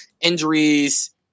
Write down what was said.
injuries